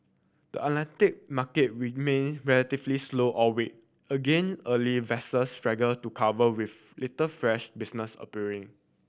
the Atlantic market remained relatively slow all week again early vessels struggled to cover with little fresh business appearing